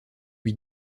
lui